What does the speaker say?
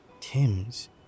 Tim's